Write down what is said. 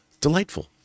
delightful